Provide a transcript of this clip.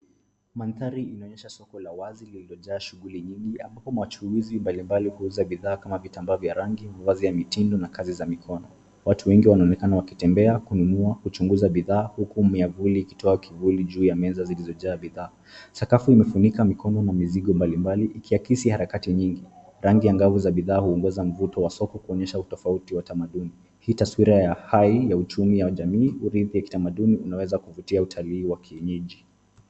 Mandhari inaonyesha soko la wazi lililojaa shughuli nyingi ambapo machuuzi mbalimbali huuza bidhaa kama vitambaa vya rangi, mavazi ya mitindo na kazi za mikono. Watu wengi wanaonekana wakitembea kununua kuchunguza bidhaa huku miavuli ikitoa kivuli juu ya meza zilizojaa bidhaa. Sakafu imefunika mikono na mizigo mbalimbali ikiakisi harakati nyingi. Rangi angavu za bidhaa huongeza mvuto wa soko kuonyesha utofauti wa tamaduni. Hii taswira ya hai ya uchumi ya jamii, uridhi ya kitamaduni unaweza kupitia utalii wa kienyeji.